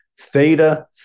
Theta